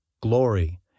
glory